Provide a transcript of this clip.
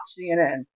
CNN